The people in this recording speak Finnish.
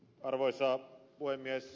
arvoisa puhemies